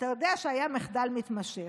ואתה יודע שהיה מחדל מתמשך.